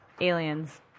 Aliens